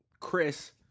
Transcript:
Chris